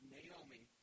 Naomi